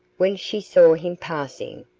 when she saw him passing,